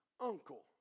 uncle